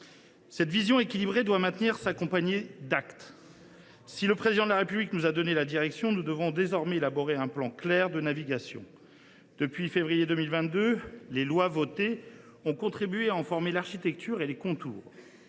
Cette vision équilibrée doit maintenant s’accompagner d’actes. Si le Président de la République nous a donné la direction, nous devons désormais élaborer un plan clair de navigation. Depuis février 2022, les lois votées ont contribué à en former l’architecture et les contours.